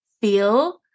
feel